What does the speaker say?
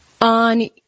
on